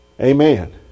Amen